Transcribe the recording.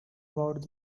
about